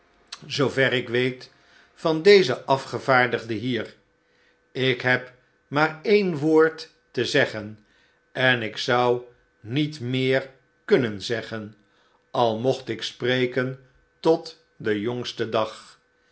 ik weet van dezen afgevaardigde hier ik lieb maar een woord te zeggen en ik zou niet meer kunnen zeggen al mocht ik spreken stephen woedt van zijne makkees gebannen tot den jongsten dag